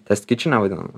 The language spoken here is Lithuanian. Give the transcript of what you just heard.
tas kičine vadinama